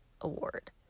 award